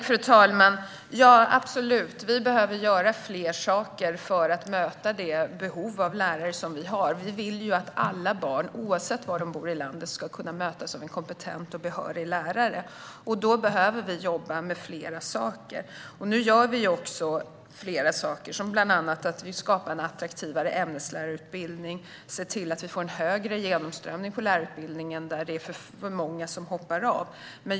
Fru talman! Ja, absolut! Vi behöver göra fler saker för att möta det behov av lärare som finns. Vi vill att alla barn, oavsett var de bor i landet, ska mötas av en kompetent och behörig lärare. Då behöver vi jobba med flera saker. Nu gör vi flera saker. Bland annat skapar vi en attraktivare ämneslärarutbildning och ser till att det blir en högre genomströmning i lärarutbildningen - för många hoppar av.